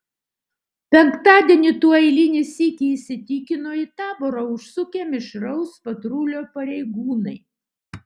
penktadienį tuo eilinį sykį įsitikino į taborą užsukę mišraus patrulio pareigūnai